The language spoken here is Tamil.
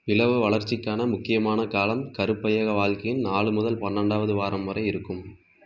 பிளவு வளர்ச்சிக்கான முக்கியமான காலம் கருப்பையக வாழ்க்கையின் நாலு முதல் பன்னெண்டாவது வாரம் வரை இருக்கும்